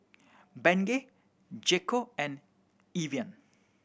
Bengay J Co and Evian